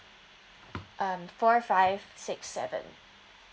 um four five six seven